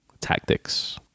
tactics